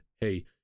Hey